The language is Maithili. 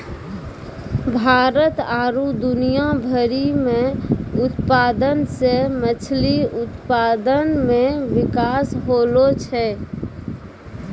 भारत आरु दुनिया भरि मे उत्पादन से मछली उत्पादन मे बिकास होलो छै